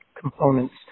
components